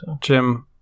jim